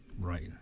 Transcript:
Right